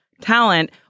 talent